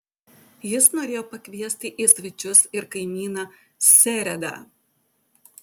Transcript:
jis norėjo pakviesti į svečius ir kaimyną seredą